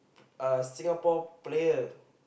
uh Singapore player